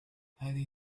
هذه